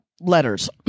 letters